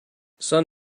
sun